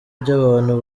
by’abantu